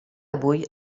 avui